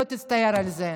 לא תצטער על זה.